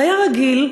היה רגיל,